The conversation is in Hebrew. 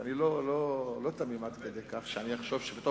אני לא תמים עד כדי כך שאני אחשוב שפתאום,